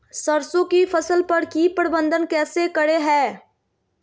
सरसों की फसल पर की प्रबंधन कैसे करें हैय?